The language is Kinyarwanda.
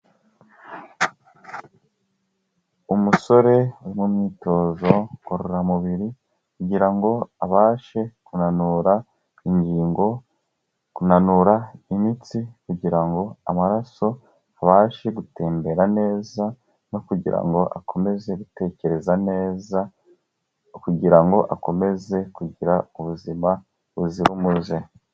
Umusore uri mu myitozo ngororamubiri, kugira ngo abashe kunanura ingingo, kunanura imitsi, kugira ngo amaraso abashe gutembera neza, no kugira ngo akomeze gutekereza neza, kugira ngo akomeze kugira ubuzima buzira umuze.